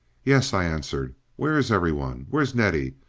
yes, i answered. where's every one? where's nettie?